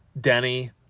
Denny